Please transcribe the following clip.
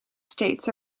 states